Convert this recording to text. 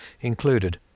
included